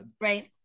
Right